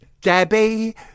Debbie